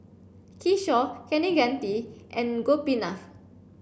Kishore Kaneganti and Gopinath